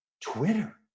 twitter